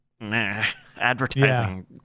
advertising